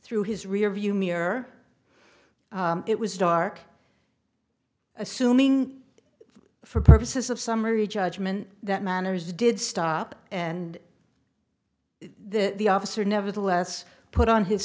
through his rearview mirror it was dark assuming for purposes of summary judgment that manners did stop and the the officer nevertheless put on his